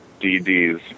DDs